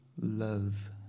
love